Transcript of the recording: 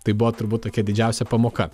tai buvo turbūt tokia didžiausia pamoka